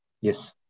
Yes